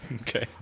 Okay